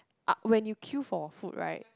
uh when you queue for food right